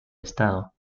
estado